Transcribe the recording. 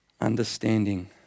Understanding